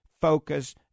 focus